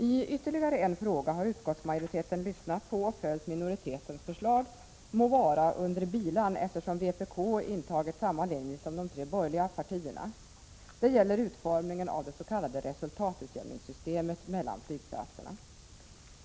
I ytterligare en fråga har utskottsmajoriteten lyssnat på och följt minoritetens förslag, må vara under bilan, eftersom vpk intagit samma linje som de tre borgerliga partierna. Det gäller utformningen av dets.k. resultatutjämningssystemet mellan flygplatserna.